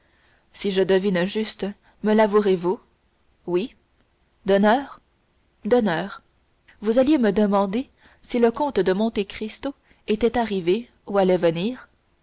si je devine juste me lavouerez vous oui d'honneur d'honneur vous alliez me demander si le comte de monte cristo était arrivé ou allait venir